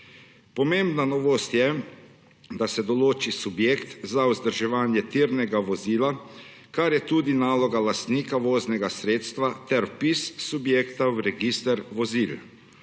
Pomembna novost je, da se določi subjekt za vzdrževanje tirnega vozila, kar je tudi naloga lastnika voznega sredstva, ter vpis subjekta v register vozil.